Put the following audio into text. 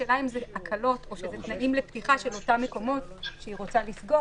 השאלה אם זה הקלות או תנאים לפתיחה של אותם מקומות שהיא רוצה לסגור.